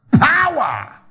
power